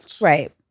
Right